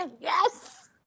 Yes